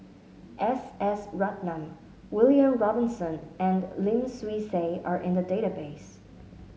S S Ratnam William Robinson and Lim Swee Say are in the database